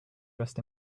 dressed